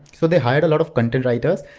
so they hired a lot of content writers,